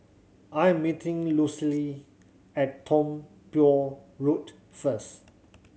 I am meeting Lucille at Tiong Poh Road first